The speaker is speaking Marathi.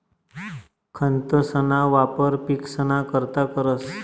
खतंसना वापर पिकसना करता करतंस